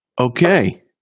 Okay